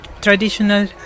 traditional